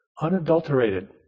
unadulterated